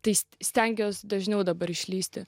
tik stengiuosi dažniau dabar išlįsti